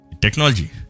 Technology